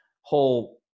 whole